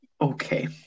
Okay